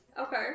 Okay